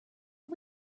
are